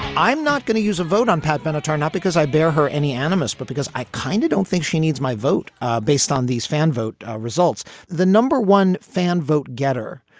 i'm not going to use a vote on pat benatar, not because i bear her any animus, but because i kind of don't think she needs my vote ah based on these fan vote ah results the number one fan vote getter,